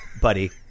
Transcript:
buddy